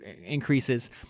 increases